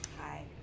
Hi